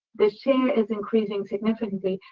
the share is increasing significantly.